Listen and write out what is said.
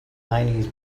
nineties